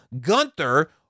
Gunther